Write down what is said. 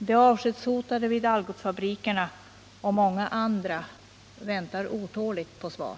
De avskedshotade vid Algotsfabrikerna och många andra väntar otåligt på svar.